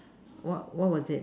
what what was it